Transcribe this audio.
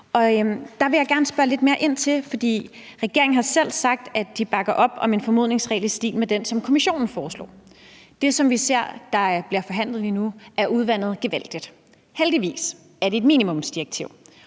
der vil jeg gerne spørge lidt mere ind til det. For regeringen har jo selv sagt, at de bakker op om en formodningsregel i stil med den, som Kommissionen foreslår. Det, som vi ser bliver forhandlet lige nu, er udvandet gevaldigt. Heldigvis er det et minimumsdirektiv,